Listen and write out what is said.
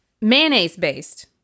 mayonnaise-based